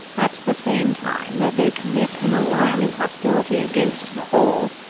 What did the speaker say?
at the same time that they commit an alarming hostility against the whole,